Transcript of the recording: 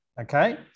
okay